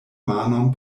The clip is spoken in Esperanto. manon